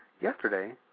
Yesterday